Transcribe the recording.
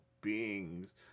beings